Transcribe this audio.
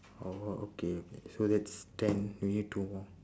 orh okay okay so that's ten we need two more